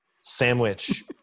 sandwich